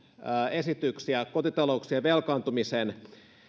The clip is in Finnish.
esityksiä kotitalouksien velkaantumisen